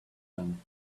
done